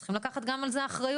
צריכים לקחת גם על זה אחריות.